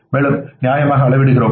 மேலும் நியாயமாக அளவிடுகிறோம்